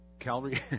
Calvary